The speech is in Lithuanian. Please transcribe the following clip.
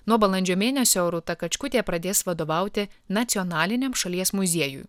nuo balandžio mėnesio rūta kačkutė pradės vadovauti nacionaliniam šalies muziejui